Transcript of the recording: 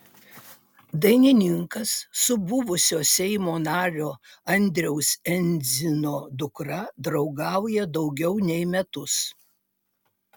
dainininkas su buvusio seimo nario audriaus endzino dukra draugauja daugiau nei metus